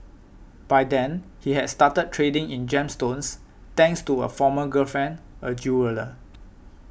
by then he had started trading in gemstones thanks to a former girlfriend a jeweller